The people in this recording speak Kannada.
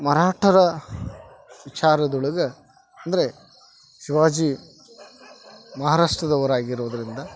ಮರಾಟರ ವಿಚಾರದೊಳಗ ಅಂದರೆ ಶಿವಾಜಿ ಮಹಾರಾಷ್ಟ್ರದವರು ಆಗಿರೋದರಿಂದ